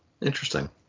Interesting